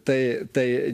tai tai